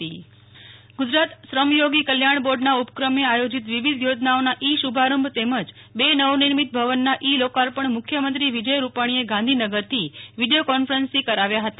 નેહલ ઠક્કર મુખ્યમંત્રી ગુજરાત શ્રમયોગી કલ્યાણ બોર્ડનાં ઉપક્રમે આયોજીત વિવિધ યોજનાઓનાં ઈ શુભારંભ તેમજ બે નવનિર્મિત ભવનનાં ઈ લોકાર્પણ મુખ્યમંત્રી વિજયરૂપાણીએ ગાંધીનગરથી વિડીયો કોન્ફરન્સથી કરાવ્યા હતા